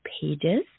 pages